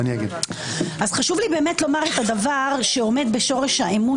אז חשוב לי באמת לומר את הדבר שעומד בשורש האמון